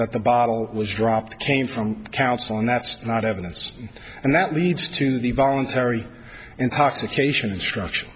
that the bottle was dropped came from counsel and that's not evidence and that leads to the voluntary intoxication instruction